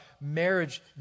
marriage